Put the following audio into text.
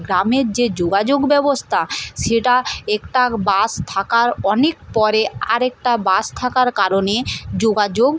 গ্রামের যে যোগাযোগ ব্যবস্থা সেটা একটা বাস থাকার অনেক পরে আরেকটা বাস থাকার কারণে যোগাযোগ